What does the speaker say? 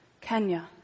Kenya